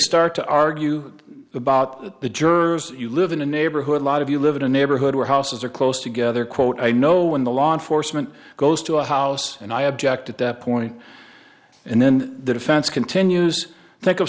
start to argue about the jurors you live in a neighborhood a lot of you live in a neighborhood where houses are close together quote i know when the law enforcement goes to a house and i object at that point and then the defense continues think of